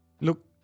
Look